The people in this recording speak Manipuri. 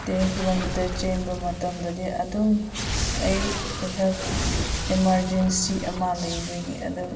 ꯇꯦꯟ ꯀꯤꯂꯣꯃꯤꯇꯔ ꯆꯦꯟꯕ ꯃꯇꯝꯗꯗꯤ ꯑꯗꯨꯝ ꯑꯩ ꯑꯩꯍꯥꯛ ꯏꯃꯥꯔꯖꯦꯟꯁꯤ ꯑꯃ ꯂꯩꯕꯒꯤ ꯑꯗꯨꯝ